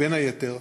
בין היתר,